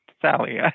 Sally